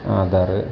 Aadhaar